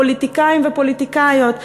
פוליטיקאים ופוליטיקאיות.